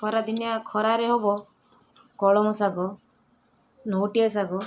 ଖରାଦିନିଆ ଖରାରେ ହେବ କଳମ ଶାଗ ଲେଉଟିଆ ଶାଗ